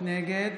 נגד